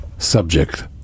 subject